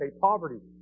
poverty